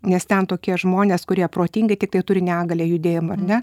nes ten tokie žmonės kurie protingi tiktai turi negalią judėjimo ar ne